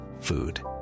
food